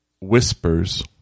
whispers